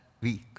week